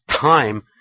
time